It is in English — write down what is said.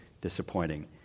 disappointing